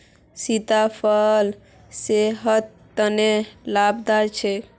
सीताफल सेहटर तने लाभदायक छे